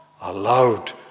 allowed